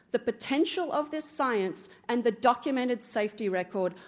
the potential of this science, and the documented safety record,